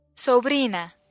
Sobrina